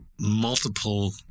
multiple